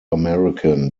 american